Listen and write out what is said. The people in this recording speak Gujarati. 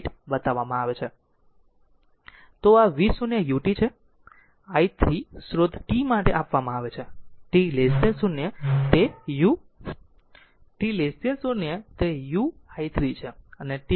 તો આ v0 ut છે i 3સ્રોત t માટે આપવામાં આવે છે t 0 તે u i 3 છે અને t 0 માટે તે v0 હશે